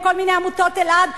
וכל מיני עמותות אלע"ד,